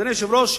אדוני היושב-ראש,